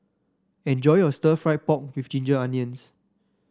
enjoy your stir fry pork with Ginger Onions